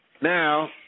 Now